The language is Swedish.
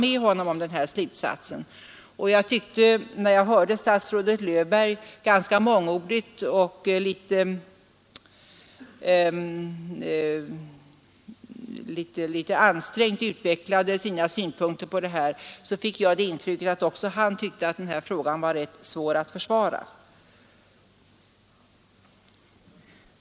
När statsrådet Löfberg ganska mångordigt och något ansträngt utvecklade sina synpunkter på det här, fick jag intrycket att också han tyckte att frågan var ganska svår att försvara.